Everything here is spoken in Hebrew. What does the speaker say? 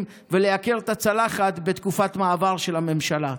ולייקר את הצלחת בתקופת מעבר של הממשלה.